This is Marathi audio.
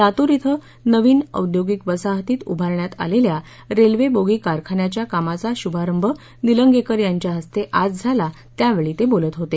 लातूर िं नवीन औद्योगिक वसाहतीत उभारण्यात आलेल्या रेल्वे बोगी कारखान्याच्या कामाचा शूभारंभ निलंगेकर यांच्या हस्ते आज झाला त्यावेळी ते बोलत होते